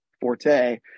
forte